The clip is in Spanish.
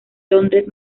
londres